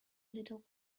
little